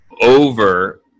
over